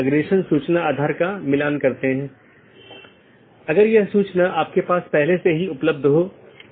क्योंकि पूर्ण मेश की आवश्यकता अब उस विशेष AS के भीतर सीमित हो जाती है जहाँ AS प्रकार की चीज़ों या कॉन्फ़िगरेशन को बनाए रखा जाता है